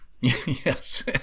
Yes